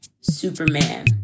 superman